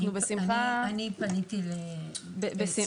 אנחנו בשמחה --- אני פניתי אצלנו.